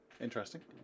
Interesting